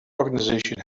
organisation